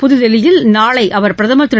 புதுதில்லியில் நாளை அவர் பிரதமர் திரு